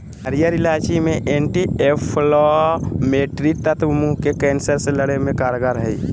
हरीयर इलायची मे एंटी एंफलामेट्री तत्व मुंह के कैंसर से लड़े मे कारगर हई